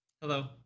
Hello